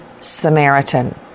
Samaritan